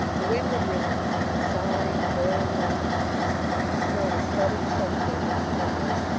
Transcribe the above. the wind had risen and was sighing and wailing around the eaves and the snow was thudding softly against the windows,